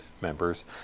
members